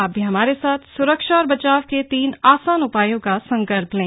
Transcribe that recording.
आप भी हमारे साथ स्रक्षा और बचाव के तीन आसान उपायों का संकल्प लें